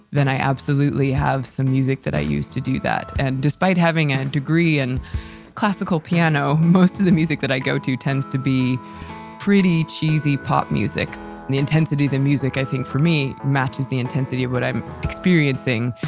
then i absolutely have some music that i use to do that. and despite having a degree in classical piano, most of the music that i go to tends to be pretty cheesy pop music the intensity of the music, i think for me, matches the intensity of what i'm experiencing,